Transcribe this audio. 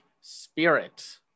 spirit